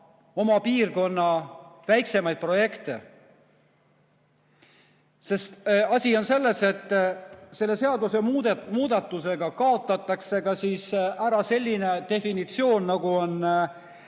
piirkonna väiksemaid projekte. Asi on selles, et selle seaduse muudatusega kaotatakse ära selline definitsioon, nagu on